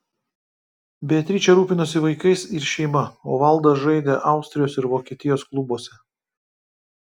beatričė rūpinosi vaikais ir šeima o valdas žaidė austrijos ir vokietijos klubuose